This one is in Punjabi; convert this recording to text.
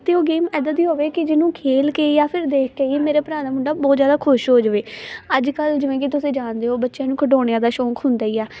ਅਤੇ ਉਹ ਗੇਮ ਇੱਦਾਂ ਦੀ ਹੋਵੇ ਕਿ ਜਿਹਨੂੰ ਖੇਲ ਕੇ ਜਾਂ ਫਿਰ ਦੇਖ ਕੇ ਹੀ ਮੇਰੇ ਭਰਾ ਦਾ ਮੁੰਡਾ ਬਹੁਤ ਜ਼ਿਆਦਾ ਖੁਸ਼ ਹੋ ਜਾਵੇ ਅੱਜ ਕੱਲ੍ਹ ਜਿਵੇਂ ਕਿ ਤੁਸੀਂ ਜਾਣਦੇ ਹੋ ਬੱਚਿਆਂ ਨੂੰ ਖਿਡੋਣਿਆਂ ਦਾ ਸ਼ੌਂਕ ਹੁੰਦਾ ਹੀ ਆ